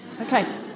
Okay